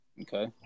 Okay